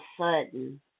sudden